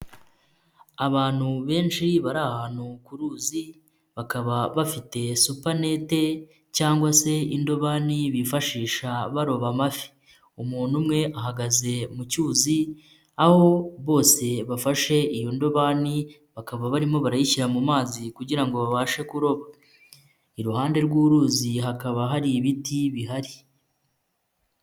Abantu benshi bari ahantu ku ruzi, bakaba bafite supanete cyangwa se indobani bifashisha baroba amafi, umuntu umwe ahagaze mu cyuzi, aho bose bafashe iyo ndobani bakaba barimo barayishyira mu mazi kugira ngo babashe kuroba, iruhande rw'uruzi hakaba hari ibiti bihari.